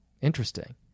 interesting